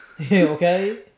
okay